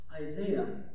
Isaiah